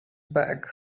bag